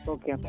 Okay